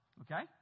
Okay